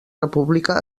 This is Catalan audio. república